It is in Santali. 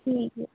ᱴᱷᱤᱠ ᱜᱮᱭᱟ